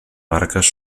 barques